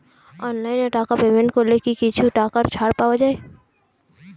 অনলাইনে টাকা পেমেন্ট করলে কি কিছু টাকা ছাড় পাওয়া যায়?